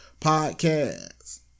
Podcast